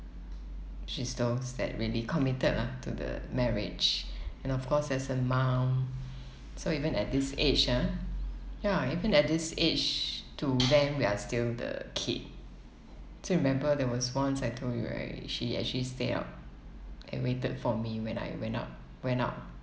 she's those that really committed lah to the marriage and of course as a mum so even at this age ah ya even at this age to them we are still the kid so you remember there was once I told you right she actually stayed up and waited for me when I went out went out